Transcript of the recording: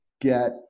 get